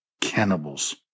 cannibals